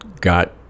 Got